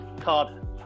card